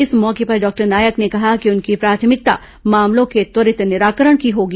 इस मौके पर डॉक्टर नायक ने कहा कि उनकी प्राथमिकता मामलों के त्वरित निराकरण की होगी